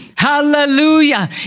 Hallelujah